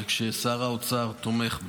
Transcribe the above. וכששר האוצר תומך בה,